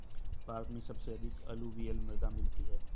भारत में सबसे अधिक अलूवियल मृदा मिलती है